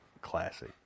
classic